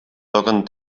toquen